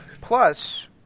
Plus